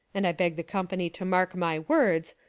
and i beg the company to mark my words,